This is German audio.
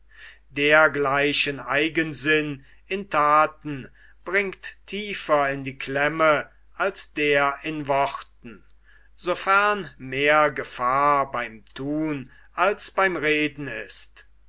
dergleichen eigensinn in thaten bringt tiefer in die klemme als der in worten sofern mehr gefahr beim thun als beim reden ist